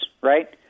right